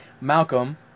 Malcolm